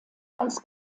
als